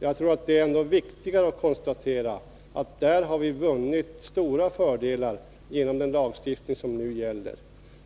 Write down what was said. Jag tror att det är viktigare att konstatera att vi har vunnit stora fördelar genom den lagstiftning som nu gäller.